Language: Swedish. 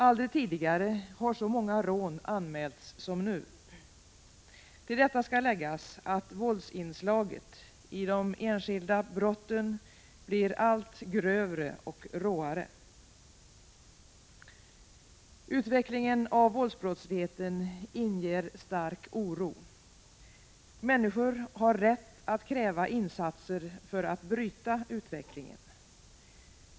Aldrig tidigare har så många rån anmälts som nu. Till detta skall läggas att våldsinslaget i de enskilda brotten blir allt grövre och råare. Utvecklingen av våldsbrottsligheten inger stark oro. Människor har rätt att kräva insatser för att bryta utvecklingen.